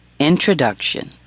introduction